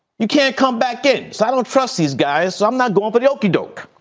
you can't come back in. so i don't trust these guys. i'm not going for the okey doke.